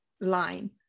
line